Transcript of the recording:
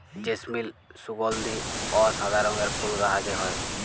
জেসমিল সুগলধি অ সাদা রঙের ফুল গাহাছে হয়